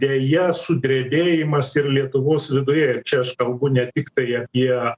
deja sudrebėjimas ir lietuvos viduje ir čia aš kalbu ne tiktai apie